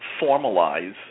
formalize